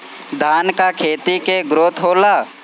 धान का खेती के ग्रोथ होला?